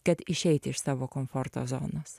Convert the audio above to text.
kad išeiti iš savo komforto zonos